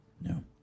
No